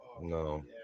no